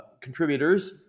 contributors